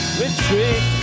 retreat